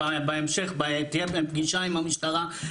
בהמשך תהיה פגישה עם המשטרה.